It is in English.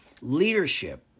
leadership